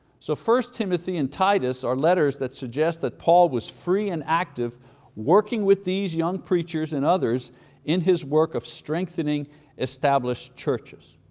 so first timothy and titus are letters that suggest that paul was free and active working with these young preachers and others in his work of strengthening established churches.